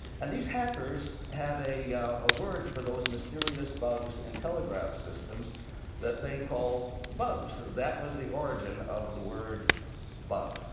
and these hackers had a ah word for those mysterious bugs in telegraph systems that they called bugs. that was the origin of the word bug.